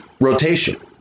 rotation